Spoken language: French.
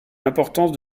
l’importance